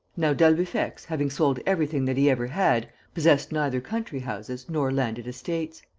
now d'albufex, having sold everything that he ever had, possessed neither country-houses nor landed estates.